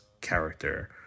character